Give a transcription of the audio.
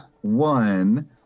one